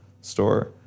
store